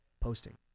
posting